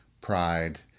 pride